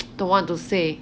don't want to say